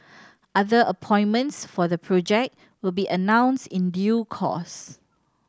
other appointments for the project will be announced in due course